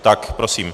Tak, prosím.